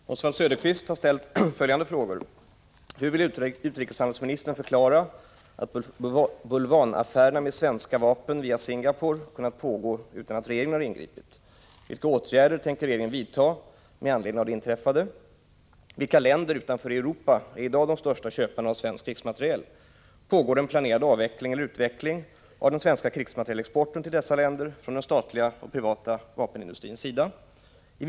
Herr talman! Oswald Söderqvist har ställt följande frågor: 1.. Hur vill utrikeshandelsministern förklara att bulvanaffärerna med svenska vapen via Singapore kunnat pågå utan att regeringen har ingripit? 3. Vilka länder utanför Europa är i dag de största köparna av svensk krigsmateriel? 4. Pågår det en planerad avveckling/utveckling av den svenska krigsmaterielexporten till dessa länder från den statliga och privata vapenindustrins sida? 5.